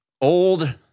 Old